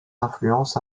influences